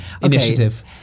initiative